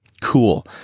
cool